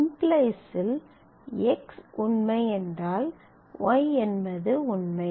⇒ இல் x உண்மை என்றால் y என்பது உண்மை